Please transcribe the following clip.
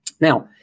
Now